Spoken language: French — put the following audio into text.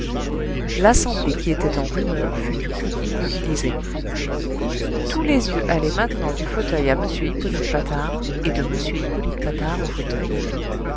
l'assemblée qui était en rumeur fut du coup immobilisée tous les yeux allaient maintenant du fauteuil à m hippolyte patard et de m hippolyte patard au fauteuil